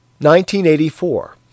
1984